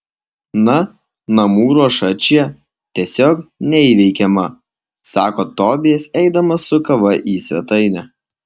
na namų ruoša čia tiesiog neįveikiama sako tobijas eidamas su kava į svetainę